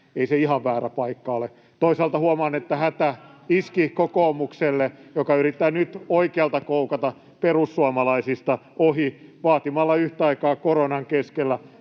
ei se ihan väärä paikka ole. Toisaalta huomaan, että hätä [Leena Meri: Hah hah!] iski kokoomukselle, joka yrittää nyt oikealta koukata perussuomalaisista ohi vaatimalla yhtä aikaa koronan keskellä